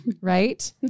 right